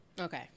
Okay